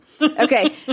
okay